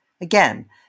Again